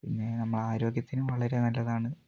പിന്നെ നമ്മുടെ ആരോഗ്യത്തിന് വളരെ നല്ലതാണ്